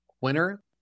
winner